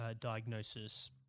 diagnosis